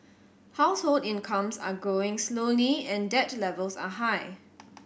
household incomes are growing slowly and debt levels are high